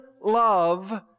love